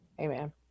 Amen